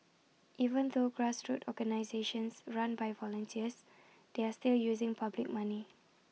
even though grassroots organisations run by volunteers they are still using public money